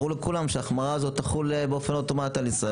ברור לכולם שהיא תחול אוטומטית על ישראל.